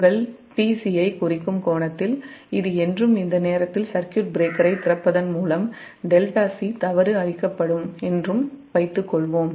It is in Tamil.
உங்கள் tc யைக் குறிக்கும் கோணத்தில் இது என்றும் இந்த நேரத்தில் சர்க்யூட் பிரேக்கரைத் திறப்பதன் மூலம் 𝜹𝒄 தவறு அழிக்கப்படும் என்றும் வைத்துக் கொள்வோம்